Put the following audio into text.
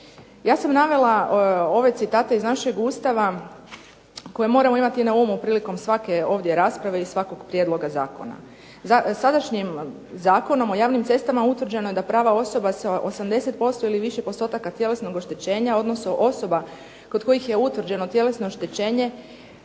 Ja sam navela ove citate iz našeg Ustava koje moramo imati na umu prilikom svake ovdje rasprave i svakog prijedloga zakona. Sadašnjim Zakonom o javnim cestama utvrđeno je da prava osoba sa 80% ili više postotaka tjelesnog oštećenja, odnosno osoba kod kojih je utvrđeno tjelesno oštećenje